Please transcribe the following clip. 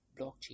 blockchain